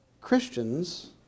Christians